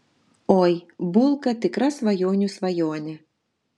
oi bulka tikra svajonių svajonė